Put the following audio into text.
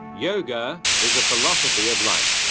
yeah and is a philosophy of life.